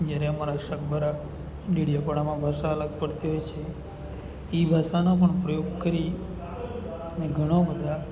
જ્યારે અમારા સગબરા ડેડિયાપાડામાં ભાષા અલગ પડતી હોય છે એ ભાષાનો પણ પ્રયોગ કરી અને ઘણો બધા